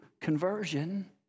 conversion